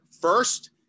First